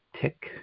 tick